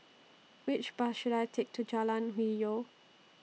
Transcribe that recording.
Which Bus should I Take to Jalan Hwi Yoh